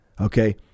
okay